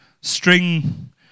string